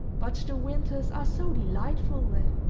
but the winters are so delightful there!